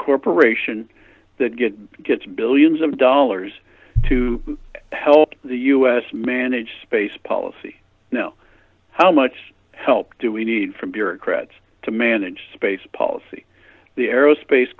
corporation that get gets billions of dollars to help the u s manage space policy now how much help do we need from bureaucrats to manage space policy the aerospace